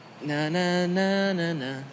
na-na-na-na-na